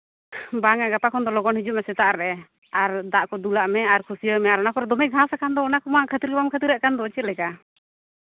ᱵᱟᱝᱼᱟ ᱜᱟᱯᱟ ᱠᱷᱚᱱ ᱫᱚ ᱞᱚᱜᱚᱱ ᱦᱤᱡᱩᱜ ᱢᱮ ᱥᱮᱛᱟᱜ ᱨᱮ ᱟᱨ ᱫᱟᱜ ᱠᱚ ᱫᱩᱞᱟᱜ ᱢᱮ ᱟᱨ ᱠᱷᱩᱥᱤᱭᱟᱹᱣ ᱢᱮ ᱟᱨ ᱚᱱᱟ ᱠᱚᱨᱮ ᱫᱚᱢᱮ ᱜᱷᱟᱸᱥ ᱟᱠᱟᱱ ᱫᱚ ᱚᱱᱟ ᱠᱚᱢᱟ ᱠᱷᱟᱹᱛᱤᱨ ᱜᱮ ᱵᱟᱢ ᱠᱷᱟᱹᱛᱤᱨᱟᱜ ᱠᱟᱱ ᱫᱚ ᱪᱮᱫᱞᱮᱠᱟ